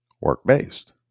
work-based